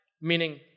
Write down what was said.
Meaning